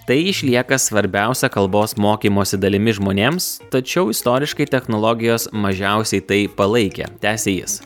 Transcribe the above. tai išlieka svarbiausia kalbos mokymosi dalimi žmonėms tačiau istoriškai technologijos mažiausiai tai palaikė tęsė jis